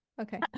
okay